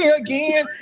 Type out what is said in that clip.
again